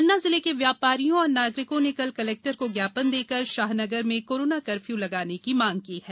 पन्ना जिले के व्यापारियों और नागरिकों ने कल कलेक्टर को जापन देकर शाहनगर में कोरोना कर्फ्य् लगाने की मांग की है